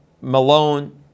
Malone